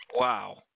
Wow